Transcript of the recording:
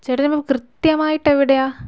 ചേട്ടനിപ്പോൾ കൃത്യമായിട്ട് എവിടെയാണ്